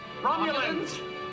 Romulans